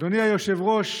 אדוני היושב-ראש,